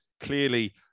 clearly